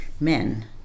men